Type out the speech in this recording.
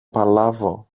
παλάβω